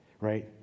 right